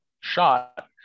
shot